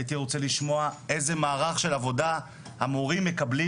הייתי רוצה לשמוע איזה מערך של עבודה המורים מקבלים